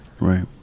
Right